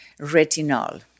retinol